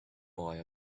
boy